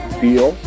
feel